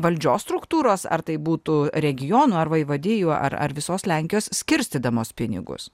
valdžios struktūros ar tai būtų regionų ar vaivadijų ar ar visos lenkijos skirstydamos pinigus